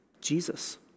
Jesus